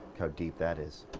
how deep that is.